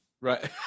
right